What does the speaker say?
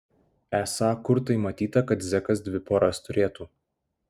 esą kur tai matyta kad zekas dvi poras turėtų